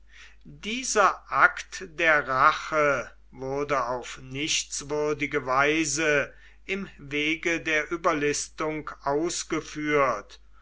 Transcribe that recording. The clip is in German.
dieser akt der rache wurde auf nichtswürdige weise im wege der überlistung ausgeführt